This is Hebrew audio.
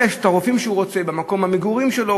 יש רופאים שהוא רוצה במקום המגורים שלו,